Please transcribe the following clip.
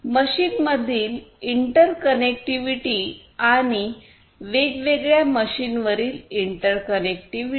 मशीनमधील इंटरकनेक्टिव्हिटी आणि वेगवेगळ्या मशीनवरील इंटरकनेक्टिव्हिटी